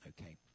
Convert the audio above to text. okay